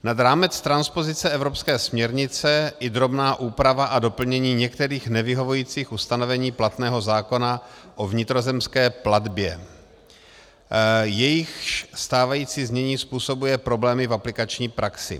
Nad rámec transpozice evropské směrnice i drobná úprava a doplnění některých nevyhovujících ustanovení platného zákona o vnitrozemské plavbě, jejichž stávající znění způsobuje problémy v aplikační praxi.